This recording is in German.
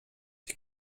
die